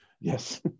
Yes